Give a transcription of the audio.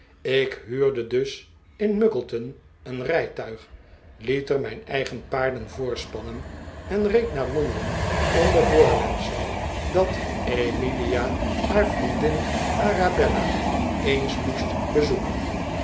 ik huurde dus in muggleton een rijtuig liet er mijn eigen paarden voorspannen en reed naar londen onder voorwendsel dat emilia haar vriendin arabella eens moest bezoeken